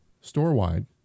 store-wide